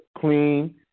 clean